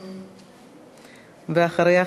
ואחריה,